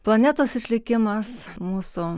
planetos išlikimas mūsų